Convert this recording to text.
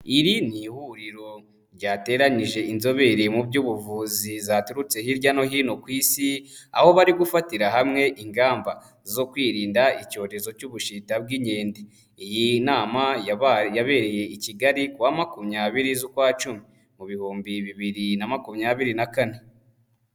Iri ni ihuriro ryateranije inzobere mu by'ubuvuzi, zaturutse hirya no hino ku isi aho bari gufatira hamwe ingamba zo kwirinda icyorezo cy'ubushita bw'inkende, iyi nama yabereye i kigali ku wa makumyabiri z'ukwacumi mu bihumbi bibiri na makumyabiri na kane.